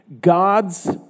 God's